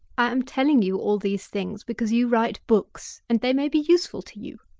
i am telling you all these things because you write books and they may be useful to you.